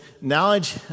knowledge